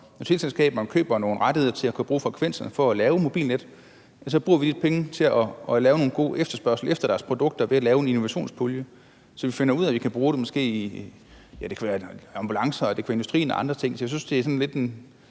når teleselskaberne køber nogle rettigheder til at kunne bruge frekvenserne for at lave mobilnet, så bruger vi de penge til at lave en god efterspørgsel efter deres produkter ved at lave en innovationspulje, så vi finder ud af, om vi kan bruge det i, ja, det kan være